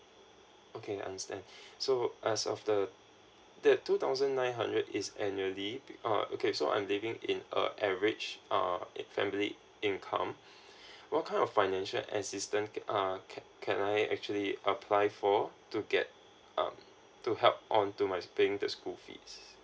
okay understand so as of the that two thousand nine hundred is annually be uh okay so I'm living in a average uh in a family income what kind of financial assistance uh can can I actually apply for to get uh to help on to my paying the school fees